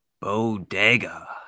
Bodega